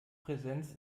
präsenz